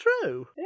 true